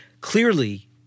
clearly